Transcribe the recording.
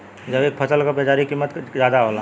जैविक फसल क बाजारी कीमत ज्यादा होला